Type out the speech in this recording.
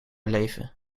leven